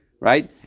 right